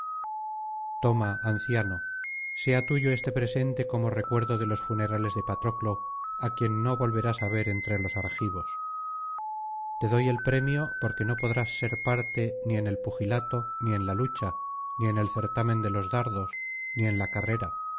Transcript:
toma anciano sea tuyo este presente como recuerdo de los funerales de patroclo á quien no volverás á ver entre los argivos te doy el premio porque no podrás ser parte ni en el pugilato ni en la lucha ni en el certamen de los dardos ni en la carrera